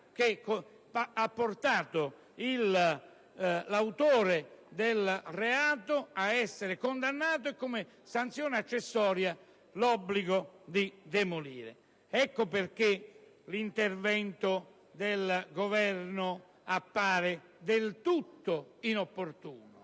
che ha portato l'autore del reato ad essere condannato e, come sanzione accessoria, ad essere obbligato a demolire. Ecco perché l'intervento del Governo appare del tutto inopportuno.